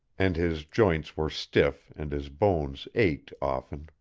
and his joints were stiff and his bones ached often.